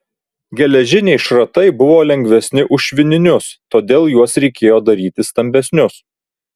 geležiniai šratai buvo lengvesni už švininius todėl juos reikėjo daryti stambesnius